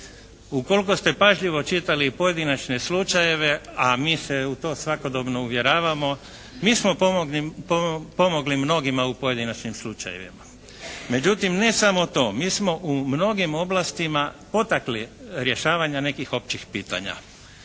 Ukoliko ste pažljivo čitali i pojedinačne slučajeve, a mi se u to svakodobno uvjeravamo mi smo pomogli mnogima u pojedinačnim slučajevima. Međutim, ne samo to. Mi smo u mnogim oblastima potakli rješavanje nekih općih pitanja